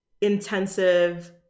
intensive